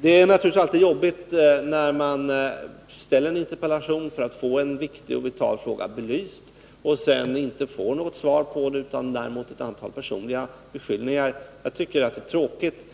Det är naturligtvis alltid jobbigt när man framställer en interpellation för att få en viktig och vital fråga belyst och sedan inte får något svar på den, utan blir utsatt för ett antal personliga beskyllningar, och det är tråkigt.